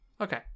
Okay